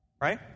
Right